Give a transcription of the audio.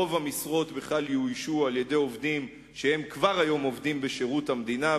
רוב המשרות בכלל יאוישו בעובדים שכבר היום עובדים בשירות המדינה,